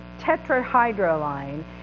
tetrahydroline